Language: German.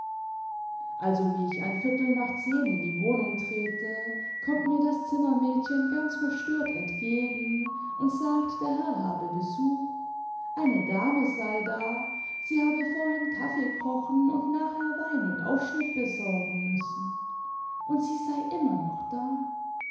also wie ich ein viertel nach zehn in die wohnung trete kommt mir das zimmermädchen ganz verstört entgegen und sagt der herr habe besuch eine dame sei da sie habe vorhin kaffee kochen und nachher wein und aufschnitt besorgen müssen und sie sei immer noch da